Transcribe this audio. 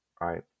right